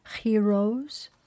heroes